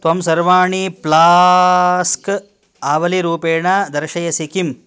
त्वं सर्वाणि प्लास्क् आवलीरूपेण दर्शयसि किम्